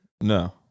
No